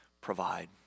provide